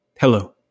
Hello